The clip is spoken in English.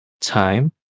Time